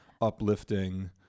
uplifting